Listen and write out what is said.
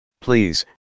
Please